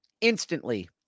instantly